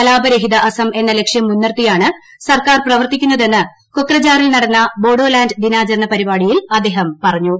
കലാപ രഹിത അസം എന്ന ലക്ഷ്യം മുൻനിർത്തിയാണ് സർക്കാർ പ്രവർത്തിക്കുന്നതെന്ന് കൊക്രത്ഞറിൽ നടന്ന ബോഡോലാന്റ് ദിനാചരണ ചടങ്ങിൽ പ്രഅദ്ദേഹം പറഞ്ഞു